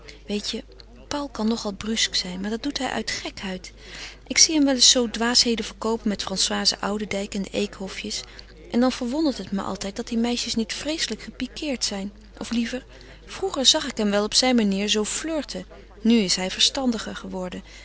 weet je paul kan nogal brusk zijn maar dat doet hij uit gekheid ik zie hem wel eens zoo dwaasheden verkoopen met françoise oudendijk en de eekhofjes en dan verwondert het me altijd dat die meisjes niet vreeslijk gepiqueerd zijn of liever vroeger zag ik hem wel op zijn manier zoo flirten nu is hij verstandiger geworden